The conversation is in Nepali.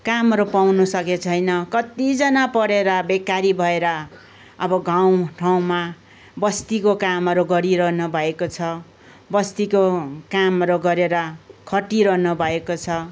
कामहरू पाउँनु सकेको छैन कतिजना पढेर बेकारी भएर अब गाउँ ठाउँमा बस्तीको कामहरू गरिरहन भएको छ बस्तीको कामहरू गरेर खटीरहन भएको छ